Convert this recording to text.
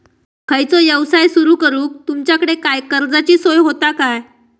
खयचो यवसाय सुरू करूक तुमच्याकडे काय कर्जाची सोय होता काय?